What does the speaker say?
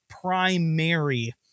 primary